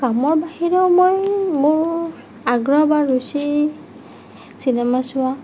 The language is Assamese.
কামৰ বাহিৰেও মই মোৰ আগ্ৰহ বা ৰুচি চিনেমা চোৱা